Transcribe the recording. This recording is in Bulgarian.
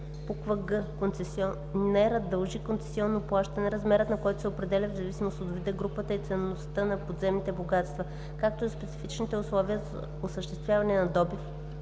Концесионерът дължи концесионно плащане, размерът на което се определя в зависимост от вида, групата и ценността на подземните богатства, както и от специфичните условия за осъществяване на добива